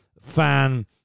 fan